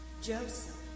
Joseph